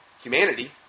humanity